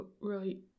Right